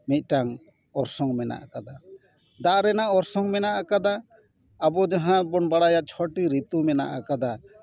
ᱢᱤᱫᱴᱟᱝ ᱚᱨᱥᱚᱝ ᱢᱮᱱᱟᱜ ᱟᱠᱟᱫᱟ ᱫᱟᱜ ᱨᱮᱱᱟᱜ ᱚᱨᱥᱚᱝ ᱢᱮᱱᱟᱜ ᱟᱠᱟᱫᱟ ᱟᱵᱚ ᱡᱟᱦᱟᱸ ᱵᱚᱱ ᱵᱟᱲᱟᱭᱟ ᱪᱷᱚᱴᱤ ᱨᱤᱛᱩ ᱢᱮᱱᱟᱜ ᱟᱠᱟᱫᱟ